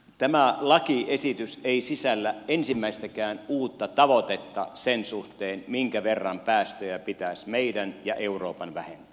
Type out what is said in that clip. tämä lakiesitys ei sisällä ensimmäistäkään uutta tavoitetta sen suhteen minkä verran päästöjä pitäisi meidän ja euroopan vähentää